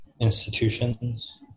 institutions